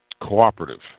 cooperative